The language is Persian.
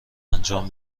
انجام